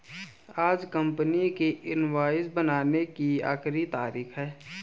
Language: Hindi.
आज कंपनी की इनवॉइस बनाने की आखिरी तारीख है